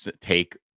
take